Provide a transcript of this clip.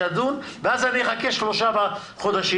שידונו ואז אני אחכה שלושה חודשים.